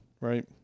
right